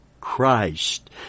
Christ